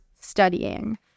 studying